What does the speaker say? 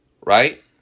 Right